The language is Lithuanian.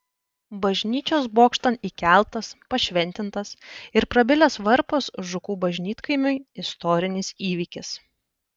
bažnyčios bokštan įkeltas pašventintas ir prabilęs varpas žukų bažnytkaimiui istorinis įvykis